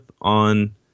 on